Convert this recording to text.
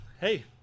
Hey